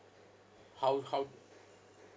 how how